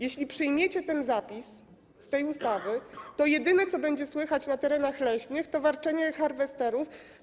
Jeśli przyjmiecie zapisy tej ustawy, to jedyne, co będzie słychać na terenach leśnych, to warczenie harwesterów.